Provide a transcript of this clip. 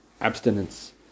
abstinence